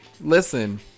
Listen